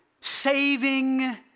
Saving